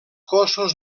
cossos